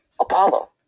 Apollo